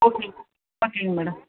ஓகேங்க ஓகேங்க மேடம்